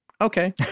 Okay